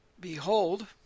Behold